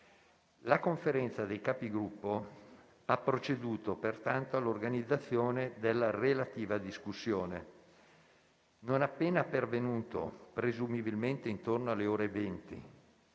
La Conferenza dei Capigruppo ha proceduto, pertanto, all'organizzazione della relativa discussione. Non appena pervenuto - presumibilmente intorno alle ore 20